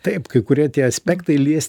taip kai kurie tie aspektai lies